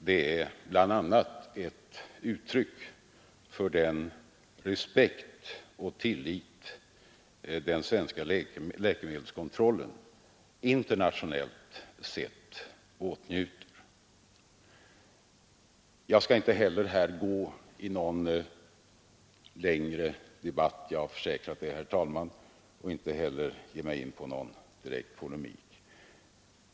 Det är bl.a. ett uttryck för den respekt och tillit den svenska läkemedelskontrollen internationellt sett åtnjuter. Jag skall inte heller gå in i någon längre debatt och inte heller ge mig in på någon direkt polemik.